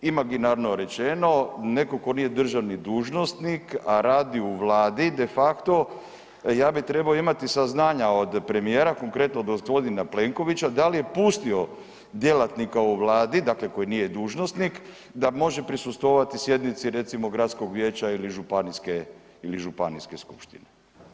Imaginarno rečeno netko tko nije državni dužnosnik, a radi u vladi de facto ja bi trebao imati saznanja od premijera konkretno od gospodina Plenkovića da li je pustio djelatnika u Vladi dakle koji nije dužnosnik da može prisustvovati sjednici recimo gradskog vijeća ili županijske ili županijske skupštine.